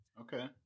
Okay